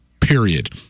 period